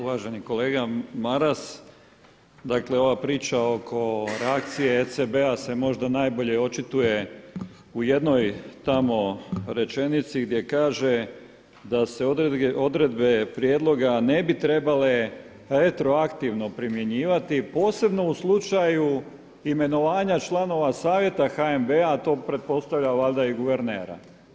Uvaženi kolega Maras dakle ova priča oko reakcije ECB-a se možda najbolje očituje u jednoj tamo rečenici gdje kaže da se odredbe prijedloga ne bi trebale retroaktivno primjenjivati, posebno u slučaju imenovanja članova Savjeta HNB-a, to pretpostavlja valjda i guvernera.